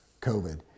COVID